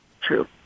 true